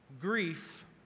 Grief